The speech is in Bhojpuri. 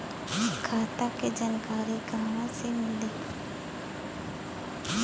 खाता के जानकारी कहवा से मिली?